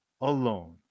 Alone